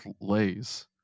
lays